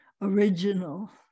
original